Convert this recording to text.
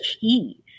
key